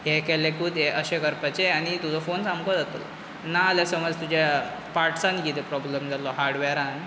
हें केलेंकूत हें अशें करपाचें आनी तुजो फोन सामको जातलो नाल्या समज तुज्या पार्टसांग कितें प्रॉब्लम जालो हार्डवॅरान